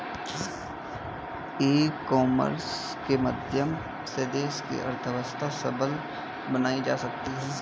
ई commerce के माध्यम से देश की अर्थव्यवस्था सबल बनाई जा सकती है